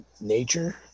nature